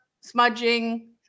smudging